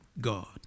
God